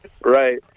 right